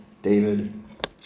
David